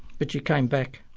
but you came back.